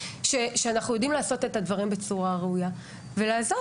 שאנחנו יודעים לעשות את הדברים בצורה ראויה ולעזור.